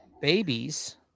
babies